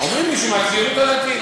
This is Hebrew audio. אומרים לי שהוא מהציונות הדתית.